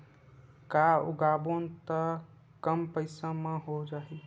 का उगाबोन त कम पईसा म हो जाही?